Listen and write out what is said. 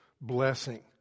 blessing